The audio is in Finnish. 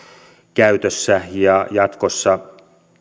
käytössä ja jatkossa